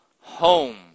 home